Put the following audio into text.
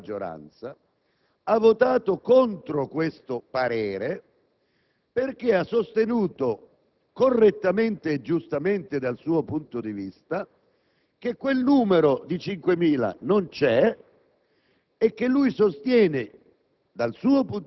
un membro della Commissione della maggioranza ha votato contro questo parere, perché ha sostenuto, correttamente e giustamente dal suo punto di vista, che quel numero di 5.000 non c'è